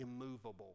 immovable